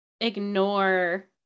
ignore